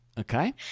Okay